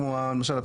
כמו למשל,